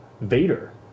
Vader